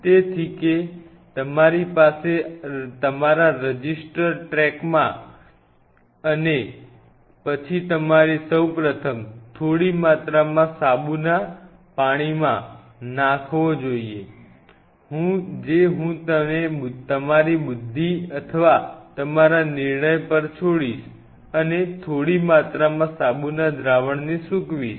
તેથી કે તમારી પાસે તમારા રજિસ્ટરમાં ટ્રેક છે અને પછી તમારે સૌ પ્રથમ થોડી માત્રામાં સાબુના પાણીમાં નાંખવો જોઈએ જે હું તેને તમારી બુદ્ધિ અથવા તમારા નિર્ણય પર છોડીશ અને થોડી માત્રામાં સાબુના દ્રાવણ ને સૂકવીશ